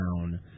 town